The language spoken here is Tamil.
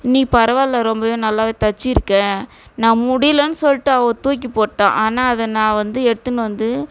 நீ பரவாயில்ல ரொம்பவே நல்லாவே தச்சுருக்க நான் முடியிலைன்னு சொல்லிட்டு அவள் தூக்கி போட்டா ஆனால் அதை நான் வந்து எடுத்துன்னு வந்து